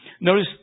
Notice